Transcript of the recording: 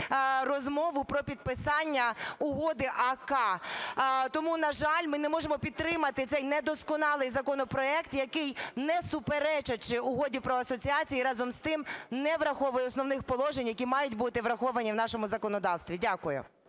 розмову про підписання Угоди АСАА. Тому, на жаль, ми не можемо підтримати цей недосконалий законопроект, який, не суперечачи Угоді про асоціацію, разом з тим не враховує основних положень, які мають бути враховані в нашому законодавстві. Дякую.